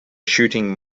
shooting